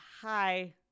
hi